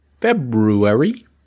February